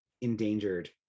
endangered